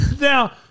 now –